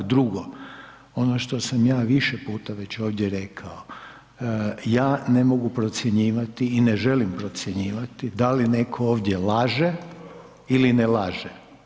Drugo, ono što sam ja više puta već ovdje rekao, ja ne mogu procjenjivati i ne želim procjenjivati da li netko ovdje laže ili ne laže.